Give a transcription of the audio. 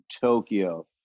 Tokyo